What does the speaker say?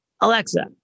Alexa